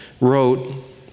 wrote